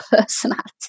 personality